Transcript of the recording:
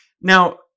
Now